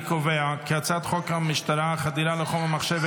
אני קובע כי הצעת חוק המשטרה (חדירה לחומר מחשב),